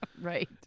right